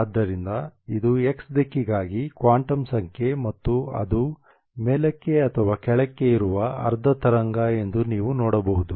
ಆದ್ದರಿಂದ ಇದು x ದಿಕ್ಕಿಗಾಗಿ ಕ್ವಾಂಟಮ್ ಸಂಖ್ಯೆ ಮತ್ತು ಅದು ಮೇಲಕ್ಕೆ ಅಥವಾ ಕೆಳಕ್ಕೆ ಇರುವ ಅರ್ಧ ತರಂಗ ಎಂದು ನೀವು ನೋಡಬಹುದು